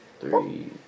three